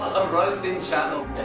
a roasting channel.